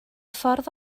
ffordd